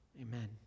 Amen